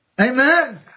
Amen